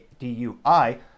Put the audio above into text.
DUI